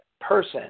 person